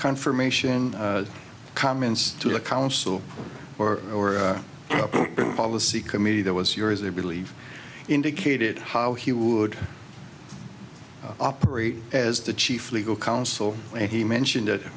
confirmation comments to the council or or policy committee that was yours they believe indicated how he would operate as the chief legal counsel and he mentioned